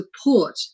support